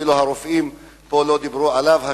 ואפילו הרופאים פה לא דיברו עליו,